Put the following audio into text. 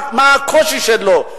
מה הקושי שלו.